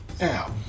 Now